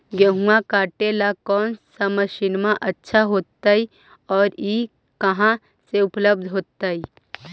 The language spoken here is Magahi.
गेहुआ काटेला कौन मशीनमा अच्छा होतई और ई कहा से उपल्ब्ध होतई?